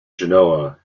genoa